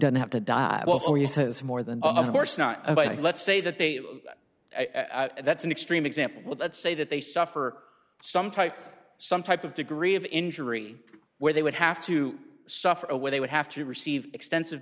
doesn't have to die for you says more than of course not about it let's say that they i that's an extreme example let's say that they suffer some type some type of degree of injury where they would have to suffer or where they would have to receive extensive